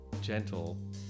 gentle